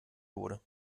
wurde